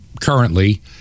currently